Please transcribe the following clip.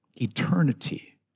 Eternity